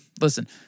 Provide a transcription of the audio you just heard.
listen